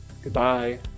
Goodbye